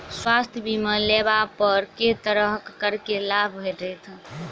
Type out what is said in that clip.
स्वास्थ्य बीमा लेबा पर केँ तरहक करके लाभ भेटत?